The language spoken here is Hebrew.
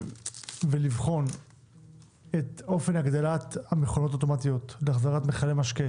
ולבחון את אופן הגדלת מספר המכונות האוטומטיות להחזרת מכלי משקה